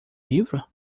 livro